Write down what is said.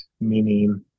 meaning